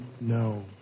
no